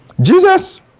Jesus